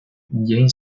jane